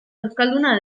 euskalduna